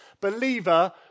Believer